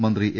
മന്ത്രി എ